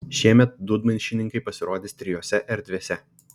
šiemet dūdmaišininkai pasirodys trijose erdvėse